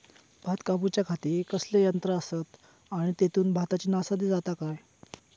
भात कापूच्या खाती कसले यांत्रा आसत आणि तेतुत भाताची नाशादी जाता काय?